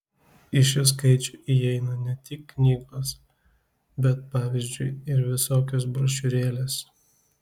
į šį skaičių įeina ne tik knygos bet pavyzdžiui ir visokios brošiūrėlės